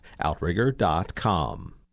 Outrigger.com